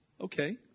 okay